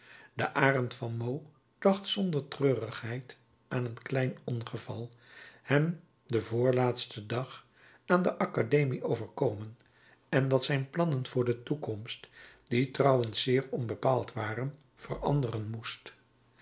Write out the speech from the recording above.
de arend van meaux dacht zonder treurigheid aan een klein ongeval hem den voorlaatsten dag aan de academie overkomen en dat zijn plannen voor de toekomst die trouwens zeer onbepaald waren veranderen moest